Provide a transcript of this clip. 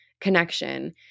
connection